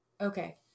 Okay